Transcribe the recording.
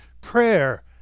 prayer